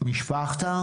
משפחתא